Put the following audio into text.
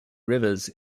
rivers